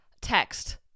Text